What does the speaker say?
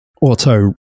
auto